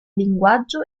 linguaggio